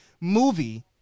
movie